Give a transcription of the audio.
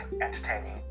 entertaining